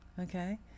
okay